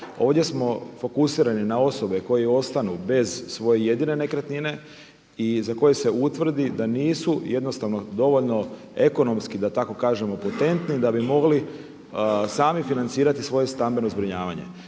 Ovdje smo fokusirani na osobe koji ostanu bez svoje jedine nekretnine i za koje se utvrdi da nisu jednostavno dovoljno ekonomski da tako kažemo potentni da bi mogli sami financirati svoje stambeno zbrinjavanje.